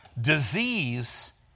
Disease